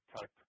type